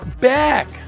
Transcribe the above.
back